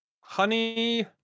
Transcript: honey